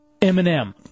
Eminem